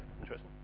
Interesting